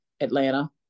atlanta